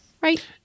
Right